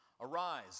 arise